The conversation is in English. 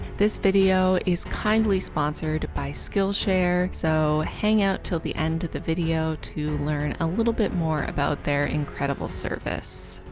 this video is kindly sponsored by skillshare so hang out till the end of the video to learn a little bit more about their incredible service.